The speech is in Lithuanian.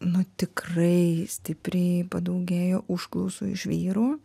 nu tikrai stipriai padaugėjo užklausų iš vyrų